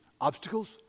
Obstacles